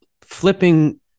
flipping